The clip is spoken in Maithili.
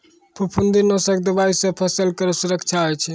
फफूंदी नाशक दवाई सँ फसल केरो सुरक्षा होय छै